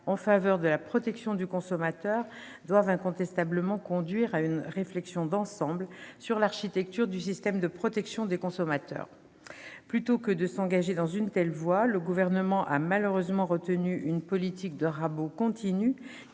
en faveur de la protection du consommateur doivent incontestablement conduire à une réflexion d'ensemble sur l'architecture du système de protection des consommateurs. Or, plutôt que de s'engager dans cette voie, le Gouvernement mène malheureusement une politique de rabot continue,